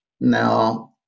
Now